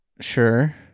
Sure